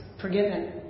forgiven